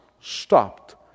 stopped